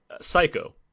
Psycho